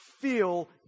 feel